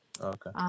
Okay